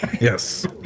Yes